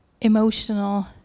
emotional